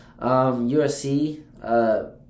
USC